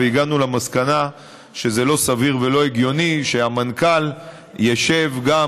והגענו למסקנה שזה לא סביר ולא הגיוני שהמנכ"ל ישב גם